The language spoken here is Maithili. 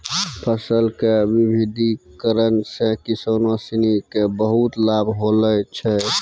फसल के विविधिकरण सॅ किसानों सिनि क बहुत लाभ होलो छै